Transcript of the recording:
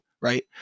Right